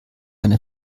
eine